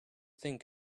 think